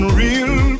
real